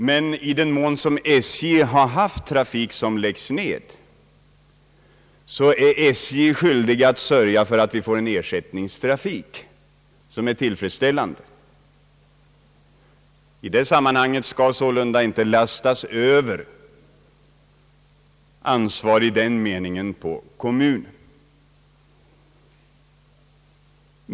Men i den mån SJ har haft trafik som läggs ned, sörjer SJ för att vi får en tillfredsställande ersättningstrafik. I det sammanhanget skall sålunda inte lastas över ansvar på kommuner.